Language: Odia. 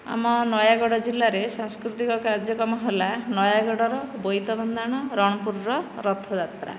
ଆମ ନୟାଗଡ଼ ଜିଲ୍ଲାରେ ସାଂସ୍କୃତିକ କାର୍ଯ୍ୟକ୍ରମ ହେଲା ନୟାଗଡ଼ର ବୋଇତ ବନ୍ଦାଣ ରଣପୁରର ରଥଯାତ୍ରା